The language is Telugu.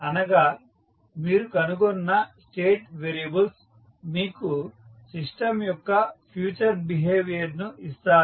అనగా మీరు కనుగొన్న స్టేట్ వేరియబుల్స్ మీకు సిస్టం యొక్క ఫ్యూచర్ బిహేవియర్ ను ఇస్తాయి